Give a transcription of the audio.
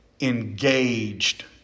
engaged